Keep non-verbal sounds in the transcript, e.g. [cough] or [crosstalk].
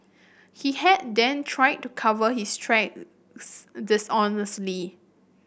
he had then tried to cover his [unintelligible] dishonestly